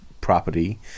property